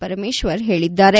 ಪರಮೇಶ್ವರ ಹೇಳಿದ್ದಾರೆ